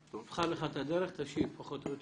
בחר לך את הדרך, תשיב פחות או יותר.